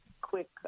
quick